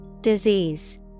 Disease